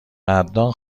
قدردان